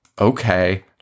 okay